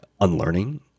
unlearning